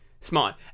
smart